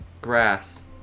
Grass